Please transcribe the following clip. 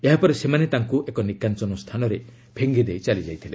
ଏହାପରେ ସେମାନେ ତାଙ୍କୁ ଏକ ନିକାଞ୍ଚନ ସ୍ଥାନରେ ଫିଙ୍ଗିଦେଇ ଚାଲିଯାଇଥିଲେ